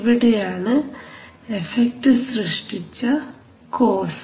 ഇവിടെയാണ് എഫക്ട് സൃഷ്ടിച്ച കോസ്